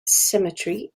cemetery